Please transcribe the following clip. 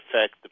affect